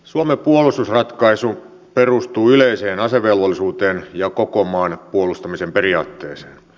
suomen puolustusratkaisu perustuu yleiseen asevelvollisuuteen ja koko maan puolustamisen periaatteeseen